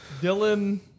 Dylan